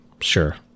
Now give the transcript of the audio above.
sure